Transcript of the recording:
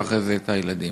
ואחר כך את הילדים.